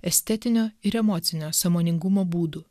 estetinio ir emocinio sąmoningumo būdų